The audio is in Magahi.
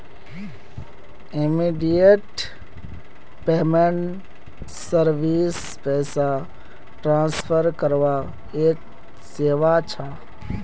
इमीडियेट पेमेंट सर्विस पैसा ट्रांसफर करवार एक सेवा छ